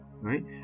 right